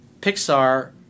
Pixar